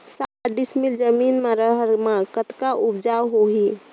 साठ डिसमिल जमीन म रहर म कतका उपजाऊ होही?